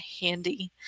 handy